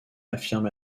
affirme